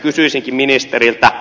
kysyisinkin ministeriltä